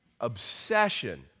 Obsession